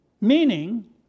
meaning